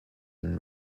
and